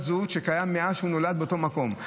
הזהות שקיים מאז שהוא נולד באותו מקום,